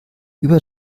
über